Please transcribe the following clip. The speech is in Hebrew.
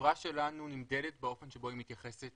שהחברה שלנו נמדדת באופן שבו היא מתייחסת